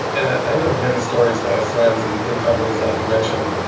and i know many stories, i have friends and in companies like you mentioned,